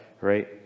right